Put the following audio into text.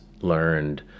learned